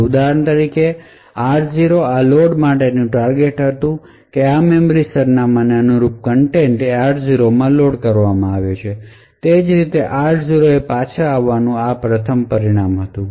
તેથી ઉદાહરણ તરીકે r0 આ લોડમાટેનું ટાર્ગેટ હતું કે આ મેમરી સરનામાંને અનુરૂપ કંટૈંટ એ r0 માં લોડ કરવામાં આવી હતી અને તે જ રીતે r0 એ પાછા આવવાનું પ્રથમ પરિણામ હતું